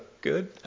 good